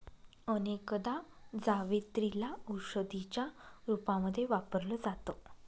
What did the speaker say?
अनेकदा जावेत्री ला औषधीच्या रूपामध्ये वापरल जात